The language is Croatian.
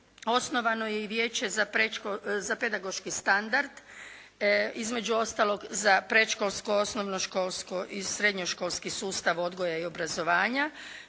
osnovano je i Vijeće za pedagoški standard, između ostalog za predškolsko, osnovnoškolsko i srednješkolski sustav odgoja i obrazovanja